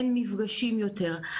אין מפגשים יותר.